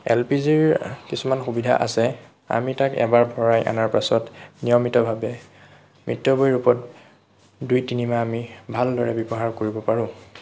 L P G ৰ কিছুমান সুবিধা আছে আমি তাক এবাৰ ভৰাই অনাৰ পাছত নিয়মিতভাৱে মিতব্যয়ী ৰূপত দুই তিনিমাহ আমি ভালদৰে ব্যৱহাৰ কৰিব পাৰোঁ